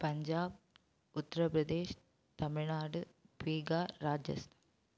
Punjab Uttar Pradesh Tamil Nadu Bihar ராஜஸ்